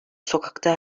sokakta